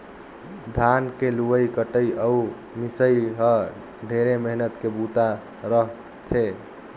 धान के लुवई कटई अउ मिंसई ह ढेरे मेहनत के बूता रह थे